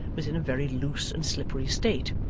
was in a very loose and slippery state,